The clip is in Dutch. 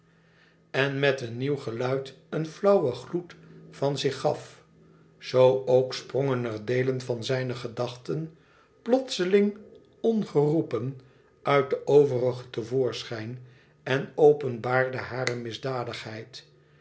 en met een nieuw geluid een flauwen gloed van zich gaf zoo ook sprongen er deelen van zijne gedachten plotseling ongeroepen uit de overige te voorschijn en openbaarden hare